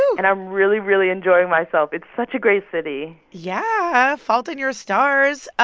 and i'm really, really enjoying myself. it's such a great city yeah, fault in your stars